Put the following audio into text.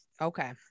Okay